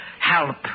help